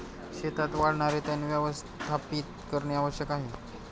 शेतात वाढणारे तण व्यवस्थापित करणे आवश्यक आहे